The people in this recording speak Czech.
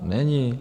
Není.